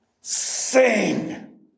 Sing